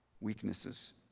weaknesses